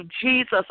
Jesus